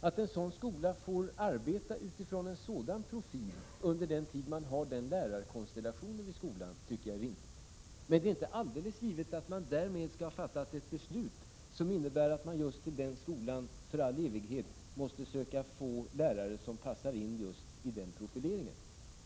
Att en sådan skola får arbeta utifrån en sådan profil under den tid då man har en viss sådan lärarkonstellation tycker jag är rimligt. Men det är inte alldeles givet att man därmed skall fatta ett beslut som innebär att just den skolan för all evighet måste söka få lärare som passar in i den profileringen.